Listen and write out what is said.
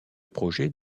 projet